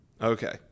Okay